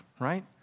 right